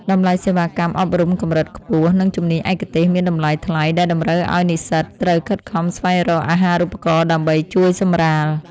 តម្លៃសេវាកម្មអប់រំកម្រិតខ្ពស់ និងជំនាញឯកទេសមានតម្លៃថ្លៃដែលតម្រូវឱ្យនិស្សិតត្រូវខិតខំស្វែងរកអាហារូបករណ៍ដើម្បីជួយសម្រាល។